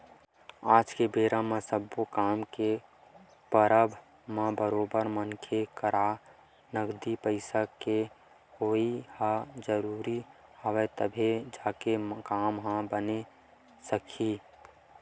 आज के बेरा म सब्बो काम के परब म बरोबर मनखे करा नगदी पइसा के होवई ह जरुरी हवय तभे जाके काम ह बने सकही